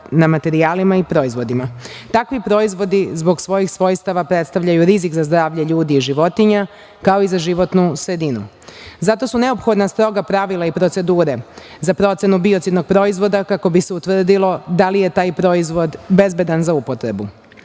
na materijalima i proizvodima. Takvi proizvodi zbog svojih svojstava predstavljaju rizik za zdravlje ljudi i životinja, kao i za životnu sredinu. Zato su neophodna stroga pravila i procedure za procenu biocidnog proizvoda kako bi se utvrdilo da li je taj proizvod bezbedan za upotrebu.